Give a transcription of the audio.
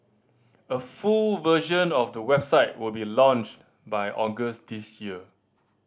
a full version of the website will be launched by August this year